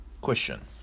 Question